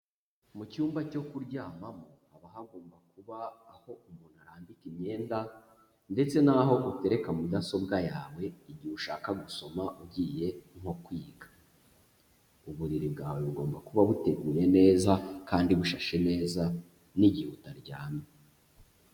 Mu cyumba cyo kuryamamo haba hagomba kuba aho umuntu arambika imyenda, ndetse n'aho utereka mudasobwa yawe igihe ushaka gusoma ugiye nko kwiga, uburiri bwawe bugomba kuba buteguye neza kandi bushashe neza n'igihe utaryamye.